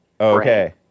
Okay